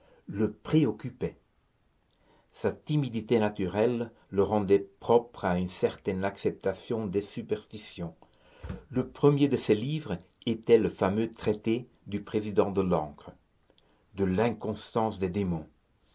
le préoccupaient sa timidité naturelle le rendait propre à une certaine acceptation des superstitions le premier de ces livres était le fameux traité du président delancre de l'inconstance des démons